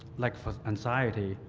like for anxiety,